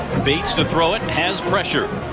bates to throw it, and has pressure.